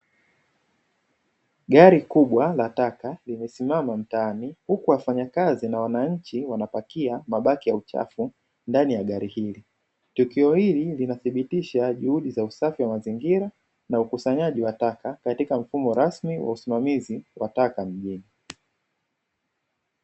Gari kubwa la taka limesimama mtaani huku wafanyakazi na wananchi wanapakia mabaki ya uchafu ndani ya gari hilo, tukio hili linathibitisha juhudi za usafi wa mazingira na ukusanyaji wa taka katika mfumo rasmi wa usimamizi wa taka mjini.